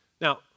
Now